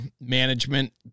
management